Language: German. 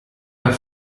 der